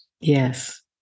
Yes